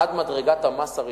עד מדרגת המס הראשונה.